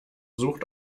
sucht